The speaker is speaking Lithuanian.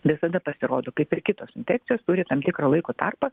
visada pasirodo kaip ir kitos infekcijos turi tam tikrą laiko tarpą